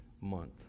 month